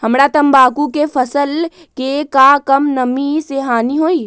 हमरा तंबाकू के फसल के का कम नमी से हानि होई?